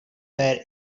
where